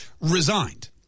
resigned